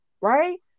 right